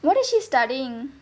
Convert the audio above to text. what is she studying